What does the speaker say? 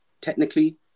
technically